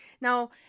Now